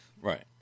Right